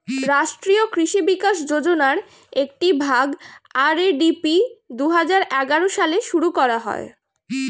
রাষ্ট্রীয় কৃষি বিকাশ যোজনার একটি ভাগ, আর.এ.ডি.পি দুহাজার এগারো সালে শুরু করা হয়